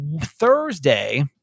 Thursday